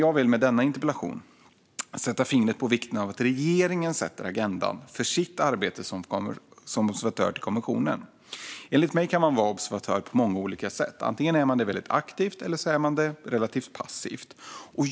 Jag vill med denna interpellation sätta fingret på vikten av att regeringen sätter agendan för sitt arbete som observatör till konventionen. Enligt mig kan man vara observatör på många olika sätt; man kan vara det väldigt aktivt eller relativt passivt.